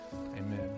Amen